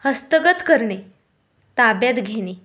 हस्तगत करणे ताब्यात घेणे